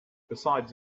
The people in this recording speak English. besides